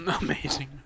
Amazing